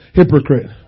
hypocrite